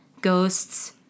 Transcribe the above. Ghosts